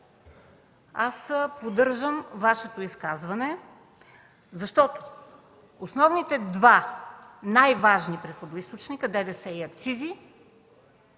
аз поддържам Вашето изказване, защото основните два най-важни приходоизточника – ДДС и акцизи,